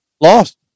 lost